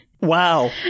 Wow